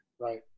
Right